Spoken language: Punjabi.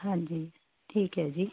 ਹਾਂਜੀ ਠੀਕ ਹੈ ਜੀ